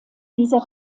dieser